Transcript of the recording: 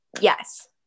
yes